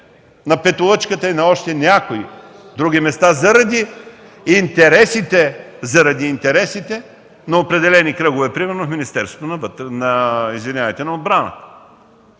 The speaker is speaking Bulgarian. на Петолъчката и на още някои други места, заради интересите на определени кръгове, примерно, в Министерството на отбраната.